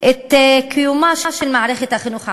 את קיומה של מערכת החינוך הערבית,